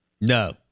No